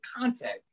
content